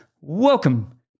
welcome